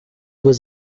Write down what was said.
was